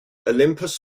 olympus